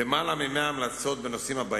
יותר מ-100 המלצות בנושאים הבאים: